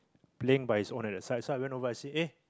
playing by his own at the side so I went over I see ah